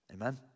Amen